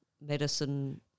medicine